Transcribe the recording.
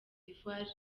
d’ivoire